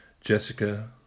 Jessica